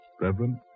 Reverend